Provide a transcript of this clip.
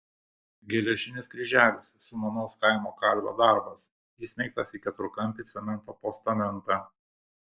geležinis kryželis sumanaus kaimo kalvio darbas įsmeigtas į keturkampį cemento postamentą